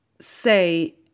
say